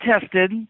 tested